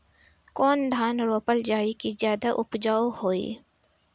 कौन धान रोपल जाई कि ज्यादा उपजाव होई?